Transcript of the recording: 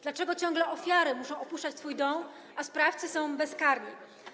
Dlaczego ciągle ofiary muszą opuszczać swój dom, a sprawcy są bezkarni?